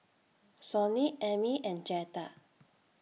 Sonny Emmy and Jetta